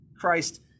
Christ